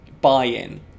buy-in